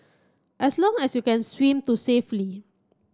as long as you can swim to safely